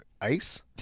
Ice